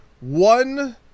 one